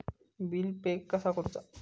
Bill pay कसा करुचा?